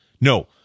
No